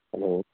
hello